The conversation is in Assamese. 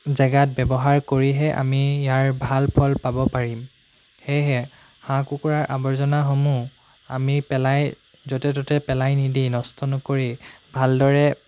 জেগাত ব্যৱহাৰ কৰিহে আমি ইয়াৰ ভাল ফল পাব পাৰিম সেয়েহে হাঁহ কুকুৰাৰ আৱৰ্জনাসমূহ আমি পেলাই য'তে ত'তে পেলাই নিদি নষ্ট নকৰি ভালদৰে